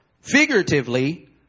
Figuratively